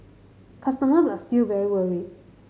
customers are still very worried